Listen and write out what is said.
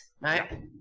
Right